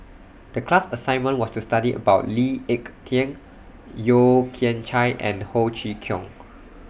The class assignment was to study about Lee Ek Tieng Yeo Kian Chye and Ho Chee Kong